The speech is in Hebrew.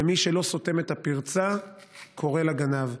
ומי שלא סותם את הפרצה קורא לגנב,